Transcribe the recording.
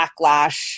backlash